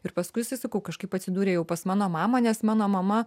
ir paskui jisai sakau kažkaip atsidūrė jau pas mano mamą nes mano mama